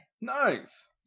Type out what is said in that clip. nice